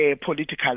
political